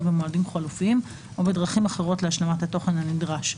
במועדים חלופיים או בדרכים אחרות להשלמת התוכן הנדרש,